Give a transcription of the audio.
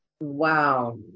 Wow